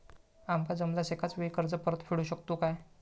आमका जमल्यास एकाच वेळी कर्ज परत फेडू शकतू काय?